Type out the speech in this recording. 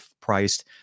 priced